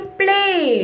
play